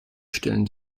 stellen